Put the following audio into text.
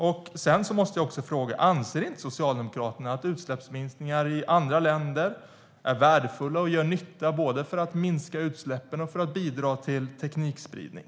Jag måste också fråga: Anser inte Socialdemokraterna att utsläppsminskningar i andra länder är värdefulla och gör nytta både för att minska utsläppen och för att bidra till teknikspridning?